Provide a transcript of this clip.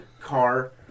car